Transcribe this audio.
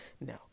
no